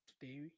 today